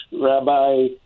rabbi